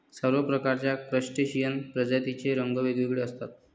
सर्व प्रकारच्या क्रस्टेशियन प्रजातींचे रंग वेगवेगळे असतात